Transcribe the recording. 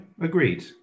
agreed